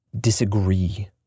disagree